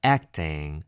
Acting